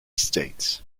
states